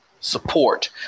Support